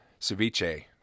ceviche